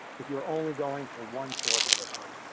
if you're only going for one source at the time.